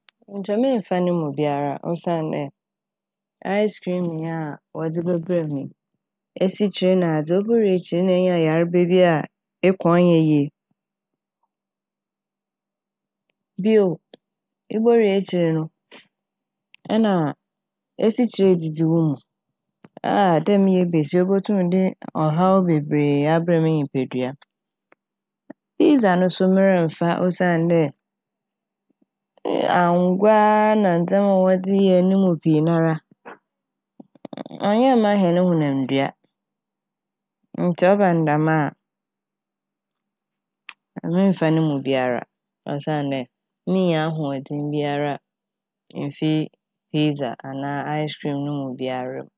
Nkyɛ memmfa no bi biara osiandɛ "ice cream" yi a wɔdze bɛbrɛɛ me yi esikyere nadze obowie ekyir no na enya yarba bi a eko a ɔnnyɛ yie. Bio, ibowie ekyir no nna esikyire edzidzi wo mu a dɛ meyɛ basia yi obotum de ɔhaw bebree abrɛ me nyimpadua. Pizza no so meremmfa osiandɛ angoa na ndzɛma a wɔdze yɛ no mu pii nara ɔnnyɛ ma hɛn honamdua ntsi ɔba no dɛm a memmfa no mu biara osiandɛ minnya ahoɔdzen biara mmfi " pizza" anaa "ice cream" no mu biara mu.